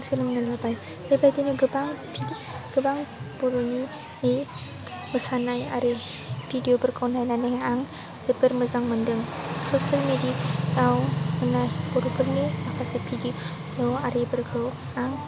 सोलोंबोबाय बेबायदिनो गोबां गोबां बर'नि मोसानाय आरि भिडिअफोरखौ नायनानै आं जोबोर मोजां मोन्दों ससियेल मेडियायाव बर'फोरनि माखासे भिडिअ आरिफोरखौ आं